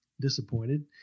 disappointed